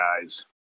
guys